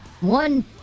one